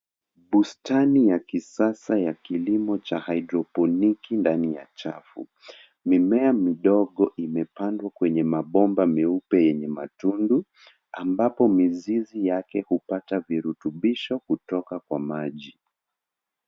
Bustani ya kisasa ya kilimo cha haidroponiki ndani ya chafu. Mimea midogo imepandwa kwenye mabomba meupe yenye matundu ambapo mizizi yake hupata virutubisho kutoka kwa maji.